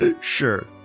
Sure